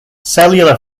cellular